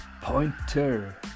Pointer